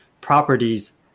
properties